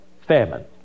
famine